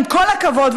עם כל הכבוד,